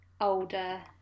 older